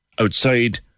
outside